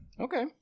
Okay